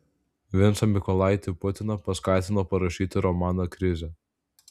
vincą mykolaitį putiną paskatino parašyti romaną krizė